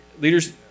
leaders